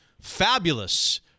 fabulous